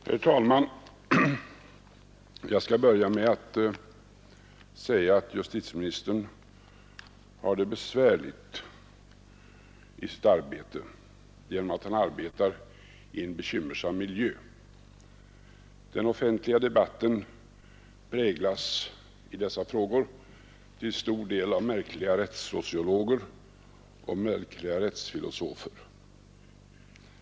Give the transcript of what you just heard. Herr talman! Jag skall börja med att säga att justitieministern har det besvärligt i sitt arbete genom att han verkar i en bekymmersam miljö. Den offentliga debatten präglas i dessa frågor till stor del av märkliga rättssociologer och rättsfilosofer.